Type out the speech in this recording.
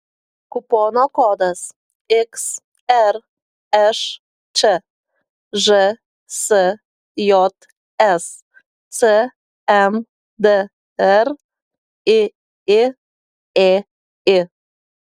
kupono kodas xršč žsjs cmdr iiėi